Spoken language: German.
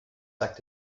sagt